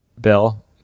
Bill